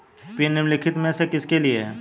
Pin निम्नलिखित में से किसके लिए है?